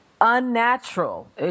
unnatural